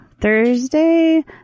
Thursday